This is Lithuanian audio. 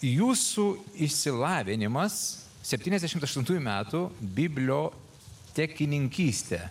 jūsų išsilavinimas septyniasdešimt aštuntųjų metų bibliotektininkistė